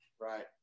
right